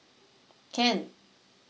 can